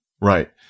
Right